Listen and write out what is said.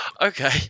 Okay